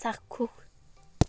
চাক্ষুষ